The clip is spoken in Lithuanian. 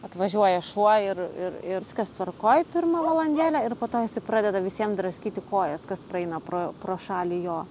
atvažiuoja šuo ir ir viskas tvarkoj pirmą valandėlę ir po to jisai pradeda visiem draskyti kojas kas praeina pro pro šalį jo